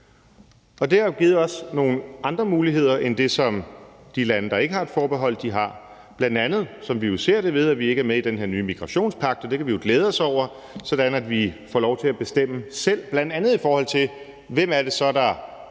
det har givet os nogle andre muligheder end dem, som de lande, der ikke har et forbehold, har, bl.a., som vi jo ser det, ved at vi ikke er med i den her nye migrationspagt. Det kan vi jo glæde os over, sådan at vi får lov til at bestemme selv, bl.a. i forhold til hvem det så